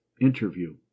interview